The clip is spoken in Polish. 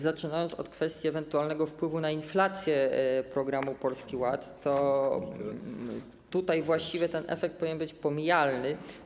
Zacznę od kwestii ewentualnego wpływu na inflację programu Polski Ład - tutaj właściwie ten efekt powinien być pomijalny.